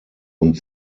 und